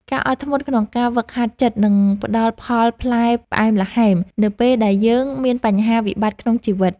ការអត់ធ្មត់ក្នុងការហ្វឹកហាត់ចិត្តនឹងផ្តល់ផលផ្លែផ្អែមល្ហែមនៅពេលដែលយើងមានបញ្ហាវិបត្តិក្នុងជីវិត។